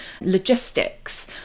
logistics